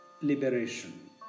liberation